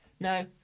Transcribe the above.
no